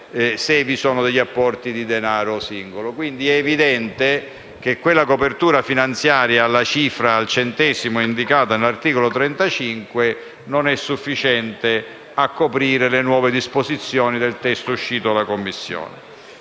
se vi sono apporti di denaro singolo. Quindi è evidente che quella copertura finanziaria, ossia la cifra al centesimo indicata nell’articolo 35, non è sufficiente a coprire le nuove disposizioni del testo uscito dalla Commissione.